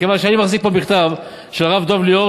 מכיוון שאני מחזיק פה מכתב של הרב דב ליאור